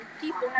people